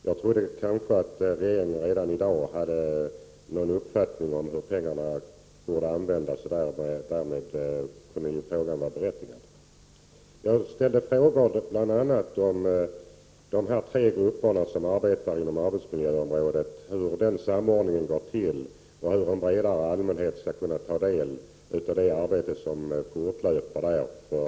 Jag trodde att regeringen kanske redan i dag hade någon uppfattning om hur pengarna borde användas, och därför fann jag frågan vara berättigad. Jag ställde bl.a. frågor om hur samordningen går till mellan de tre grupper som arbetar inom arbetsmiljöområdet, och hur en bredare allmänhet skall kunna ta del av det arbete som fortlöper där.